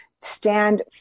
stand